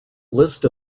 list